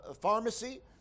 pharmacy